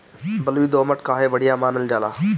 बलुई दोमट काहे बढ़िया मानल जाला?